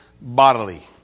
bodily